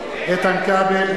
כבל,